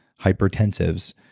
hypertensives,